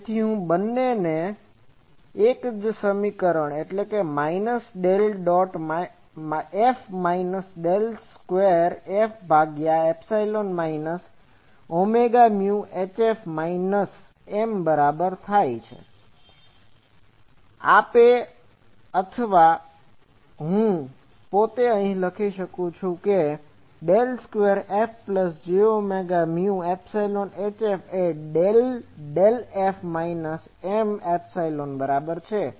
તેથી હું આ બંનેને સમકક્ષ કરું તે મને 1∇∇F 2F jωμHF Mમાઈનસ del del dot F minus del square F ભાગ્યા એપ્સીલોન એ minus j omega mu HF minus M બરાબર છે આપે અથવા અહીંથી હું લખી શકું છું કે 2FjωμεHF∇∇f ϵM del square F plus j omega mu epsilon HF છે એ del del f minus M epsilon ની બરાબર છે